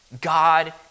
God